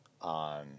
on